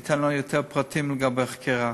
ייתן לנו יותר פרטים לגבי החקירה.